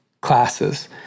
classes